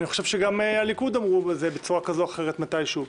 אני חושב שגם הליכוד אמרו את זה בצורה כזו או אחרת מתישהו.